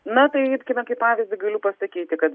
na tai imkime kaip pavyzdį galiu pasakyti kad